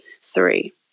three